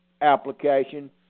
application